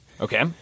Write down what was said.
Okay